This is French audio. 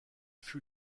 fut